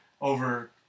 over